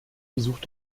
besucht